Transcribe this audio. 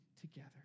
together